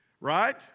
right